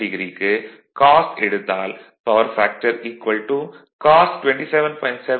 7o க்கு cos எடுத்தால் power factor cos 27